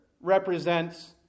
represents